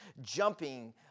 jumping